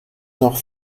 noch